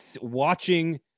watching